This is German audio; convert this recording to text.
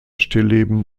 stillleben